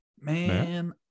Man